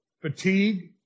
fatigue